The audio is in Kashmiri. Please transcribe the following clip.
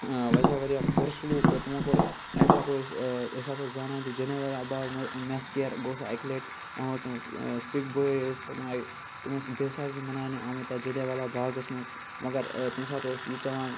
واریاہ واریاہ بُرٕ سلوٗک کوٚر تِمو کوٚر اَز ہٮ۪کو أسۍ أسۍ ہَسا اوس زان تہِ جَنیا والا باغ مسکیر گوٚو سُہ اَکہِ لَٹہِ یِم تِم سکھ بٲے ٲسۍ تِم آے تِم ٲسۍ بیساکھی مَناوننہٕ آمٕتۍ تَتھ جلی والا باغَس مَنٛز مگر تمہِ ساتہٕ اوس یہِ چَلان